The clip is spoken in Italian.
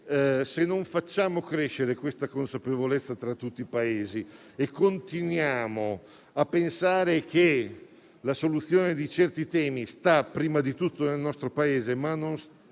se non facciamo crescere questa consapevolezza tra tutti i Paesi e continuiamo a pensare che la soluzione di certi temi stia prima di tutto nel nostro Paese e non sia